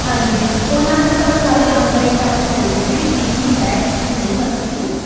ਹਾਂਜੀ ਉਹਨਾਂ ਵਿੱਚ ਤੁਹਾਨੂੰ ਸਾਰੀ ਜਾਣਕਾਰੀ ਪ੍ਰਾਪਤ ਮਿਲ ਜੂਗੀ ਵੀ ਕੀ ਕੀ ਹੈ ਕੀ ਕੀ ਨਹੀਂ ਮਤਲਬ ਕਿ